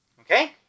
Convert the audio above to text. Okay